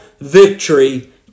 victory